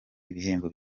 ibihembo